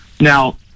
Now